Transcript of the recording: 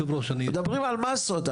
מדברים על מסות,